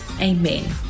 Amen